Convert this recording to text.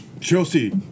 Chelsea